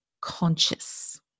conscious